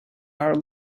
are